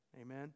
Amen